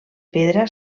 pedra